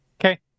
Okay